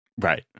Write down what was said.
Right